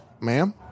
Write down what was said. ma'am